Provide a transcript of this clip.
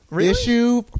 Issue